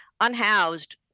Unhoused